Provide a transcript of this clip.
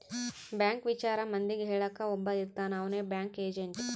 bank ವಿಚಾರ ಮಂದಿಗೆ ಹೇಳಕ್ ಒಬ್ಬ ಇರ್ತಾನ ಅವ್ನೆ ಬ್ಯಾಂಕ್ ಏಜೆಂಟ್